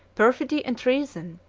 perfidy and treason,